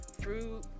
fruit